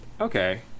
Okay